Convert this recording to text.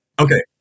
Okay